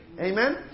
Amen